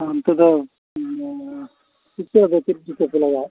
ᱩᱱᱠᱩ ᱫᱚ ᱪᱮᱫ ᱞᱟᱜᱟᱜᱼᱟ